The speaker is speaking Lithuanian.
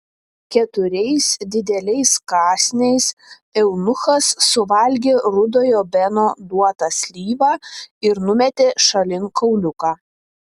keturiais dideliais kąsniais eunuchas suvalgė rudojo beno duotą slyvą ir numetė šalin kauliuką